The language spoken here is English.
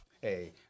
hey